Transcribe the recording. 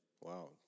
Wow